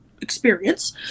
experience